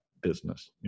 business